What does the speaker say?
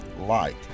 Light